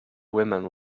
women